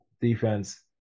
defense